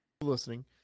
Listening